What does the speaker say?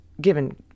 given